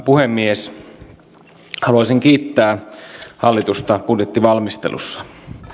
puhemies haluaisin kiittää hallitusta budjettivalmistelusta valtion